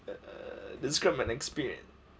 describe an experience